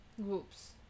groups